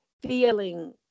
feeling